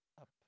up